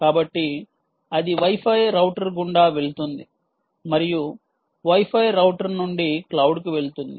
కాబట్టి అది wi fi router గుండా వెళుతుంది మరియు వై ఫై రౌటర్ నుండి క్లౌడ్కు వెళుతుంది